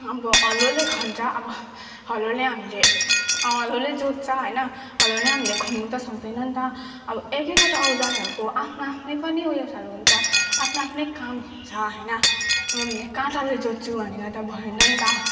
अब हलोले खन्छ अब हलोले हामीले हलोले जोत्छ होइन हलोले हामीले खन्नु त सक्दैनन् त अब एक एकवटा औजारहरू को आफ्नै आफ्नै पनि उयोसहरू हुन्छ आफ्नै आफ्नै काम हुन्छ हैन काँटाले जोत्छु भनेर त भएनन् त